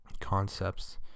concepts